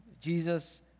Jesus